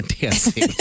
dancing